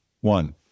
One